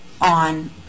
on